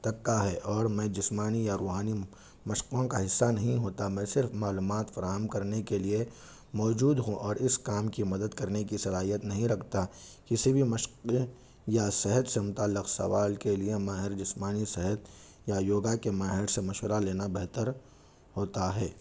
تک کا ہے اور میں جسمانی یا روحانی مشقوں کا حصہ نہیں ہوتا میں صرف معلومات فراہم کرنے کے لیے موجود ہوں اور اس کام کی مدد کرنے کی صلاحیت نہیں رکھتا کسی بھی مشق یا صحت سے متعلق سوال کے لیے میں ہر جسمانی صحت یا یوگا کے ماہر سے مشورہ لینا بہتر ہوتا ہے